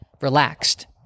relaxed